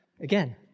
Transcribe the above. again